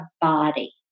body